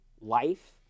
life